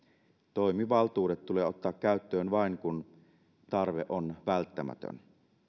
toimivaltuudet tulee ottaa käyttöön vain kun tarve on välttämätön